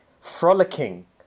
frolicking